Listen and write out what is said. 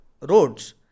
roads